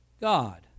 God